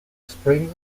springs